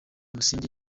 busingye